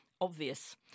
obvious